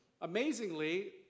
Amazingly